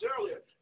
earlier